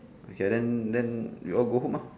we shall then then we all go home lor